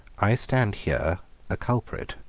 i stand here a culprit.